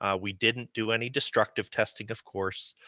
ah we didn't do any destructive testing, of course,